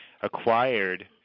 acquired